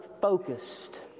focused